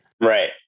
Right